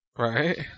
right